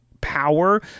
power